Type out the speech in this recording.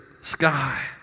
sky